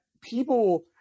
people –